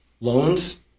loans